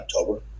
October